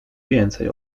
więcej